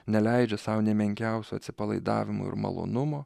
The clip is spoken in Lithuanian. neleidžia sau nė menkiausio atsipalaidavimo ir malonumo